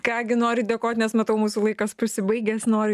ką gi noriu dėkot nes matau mūsų laikas pasibaigęs noriu